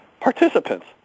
participants